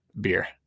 beer